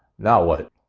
now what?